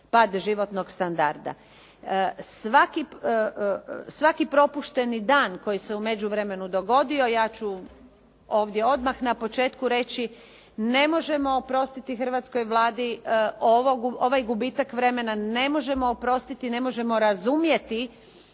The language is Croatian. Svaki propušteni dan koji se u međuvremenu dogodio ja ću ovdje odmah na početku reći ne možemo oprostiti hrvatskoj Vladi ovaj gubitak vremena, ne možemo oprostiti, ne možemo razumjeti